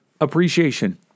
appreciation